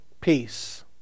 peace